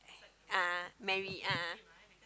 a'ah marry a'ah